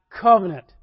covenant